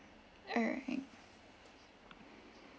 all right